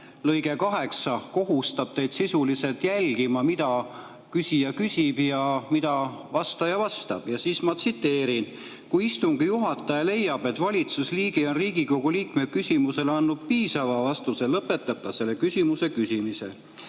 lõige 8 kohustab teid sisuliselt jälgima, mida küsija küsib ja mida vastaja vastab. Ma tsiteerin: "Kui istungi juhataja leiab, et valitsusliige on Riigikogu liikme küsimusele andnud piisava vastuse, lõpetab ta selle küsimuse käsitlemise."